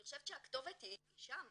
אני חושבת שהכתובת היא שם.